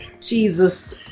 Jesus